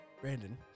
Brandon